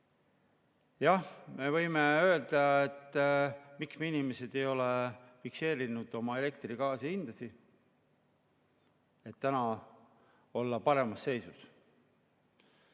Jah, me võime öelda, et miks inimesed ei ole fikseerinud oma elektri- ja gaasihindasid, et täna olla paremas seisus.